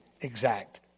exact